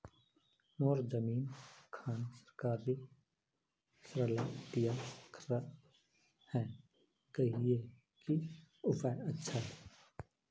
मोर जमीन खान सरकारी सरला दीया खराब है गहिये की उपाय अच्छा?